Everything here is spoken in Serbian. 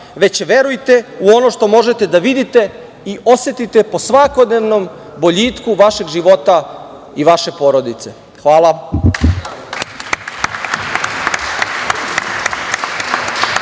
već verujte u ono što možete da vidite i osetite po svakodnevnom boljitku vašeg života i vaše porodice. Hvala.